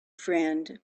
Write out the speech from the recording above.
friend